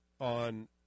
on